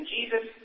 Jesus